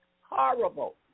horrible